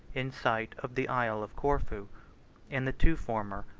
in sight of the isle of corfu in the two former,